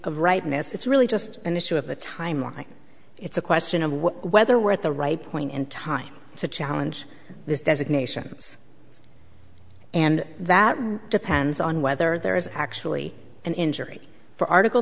rightness it's really just an issue of the timeline it's a question of whether we're at the right point in time to challenge this designations and that depends on whether there is actually an injury for article